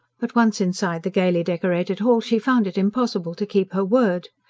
but once inside the gaily decorated hall, she found it impossible to keep her word.